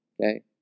Okay